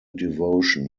devotion